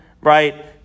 right